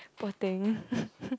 poor thing